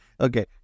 Okay